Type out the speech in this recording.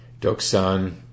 Doksan